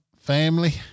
family